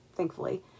thankfully